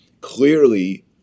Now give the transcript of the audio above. Clearly